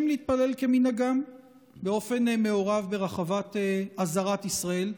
להתפלל כמנהגם גם באופן מעורב ברחבת "עזרת ישראל",